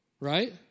Right